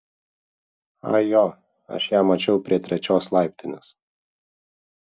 ai jo aš ją mačiau prie trečios laiptinės